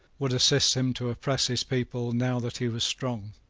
would assist him to oppress his people now that he was strong.